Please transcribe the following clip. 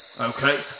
okay